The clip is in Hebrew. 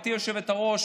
גברתי היושבת-ראש,